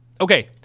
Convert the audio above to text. Okay